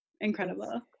incredible